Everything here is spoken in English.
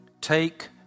Take